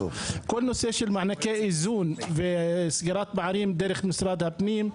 כל הנושא של מענקי האיזון וסגירת הפערים דרך משרד הפנים,